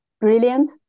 brilliant